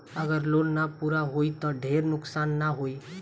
अगर लोन ना पूरा होई त ढेर नुकसान ना होई